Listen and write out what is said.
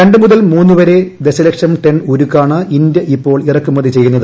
രണ്ട് മുതൽ മൂന്നു വരെ ദശലക്ഷം ടൺ ഉരുക്കാണ് ഇന്ത്യ ഇപ്പോൾ ഇറക്കുമതി ചെയ്യുന്നത്